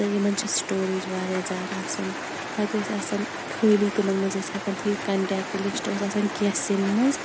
یِمَن چھِ سِٹوریج واریاہ زیادٕ آسان ہۅتہِ ٲسۍ آسان خٲلی تِمَن مَنٛز ٲسۍ ہیٚکَن تھٲوِتھ کَنٹیٚکٹہٕ لِسٹہٕ اوس آسان کیٚنٛہہ سِم مَنٛز